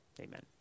amen